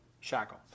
shackle